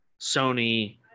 Sony